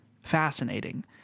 fascinating